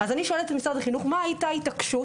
אז אני שואלת את משרד החינוך מה הייתה התעקשות